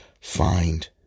find